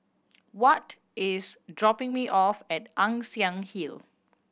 Watt is dropping me off at Ann Siang Hill